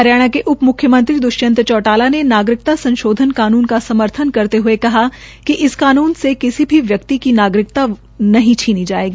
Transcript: हरियाणा के उपम्ख्यमंत्री द्वष्यंत चौटाला ने नागरिकता संशोधन कानून का समर्थन करते हुये कहा कि इस कानून से किसी भी व्यक्ति की नागरिकता नहीं छिनी जायेगी